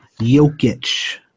Jokic